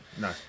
no